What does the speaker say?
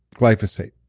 glyphosate.